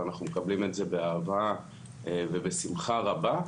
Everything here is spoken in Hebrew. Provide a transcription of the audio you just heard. ואנחנו מקבלים את זה באהבה ובשמחה רבה.